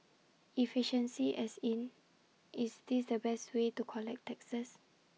efficiency as in is this the best way to collect taxes